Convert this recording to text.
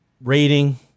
rating